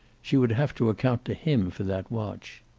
she would have to account to him for that watch.